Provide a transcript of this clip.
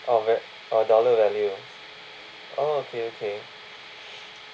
of it oh dollar value oh okay okay